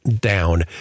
down